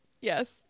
Yes